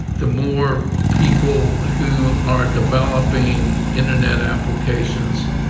the more people who are developing internet applications,